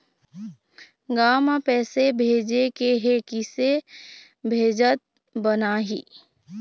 गांव म पैसे भेजेके हे, किसे भेजत बनाहि?